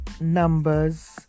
Numbers